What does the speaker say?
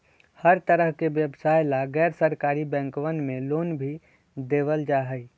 हर तरह के व्यवसाय ला गैर सरकारी बैंकवन मे लोन भी देवल जाहई